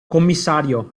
commissario